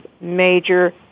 major